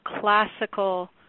classical